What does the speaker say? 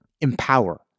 Empower